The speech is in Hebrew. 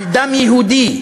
על דם יהודי,